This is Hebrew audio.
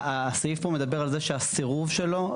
הסעיף פה מדבר על זה שהסירוב שלו,